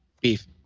Beef